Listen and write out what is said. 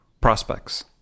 prospects